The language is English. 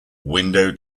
window